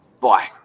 Bye